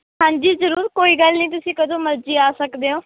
ਹਾਂਜੀ ਜ਼ਰੂਰ ਕੋਈ ਗੱਲ ਨਹੀਂ ਤੁਸੀਂ ਕਦੋਂ ਮਰਜ਼ੀ ਆ ਸਕਦੇ ਹੋ